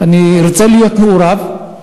אני רוצה להיות מעורב,